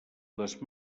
les